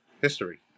history